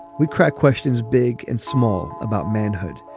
we crack questions big and small about manhood.